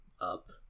up